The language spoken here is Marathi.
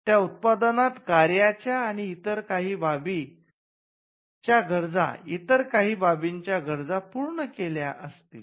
या उत्पादनात कार्याच्या आणि इतर काही बाबींच्या गरजा पूर्ण केल्या असतील